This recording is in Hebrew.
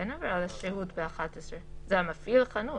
אין עבירה על השהות בסעיף 11. זה על מפעיל החנות.